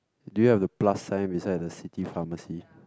do you have the plus sign beside the city pharmacy